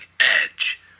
Edge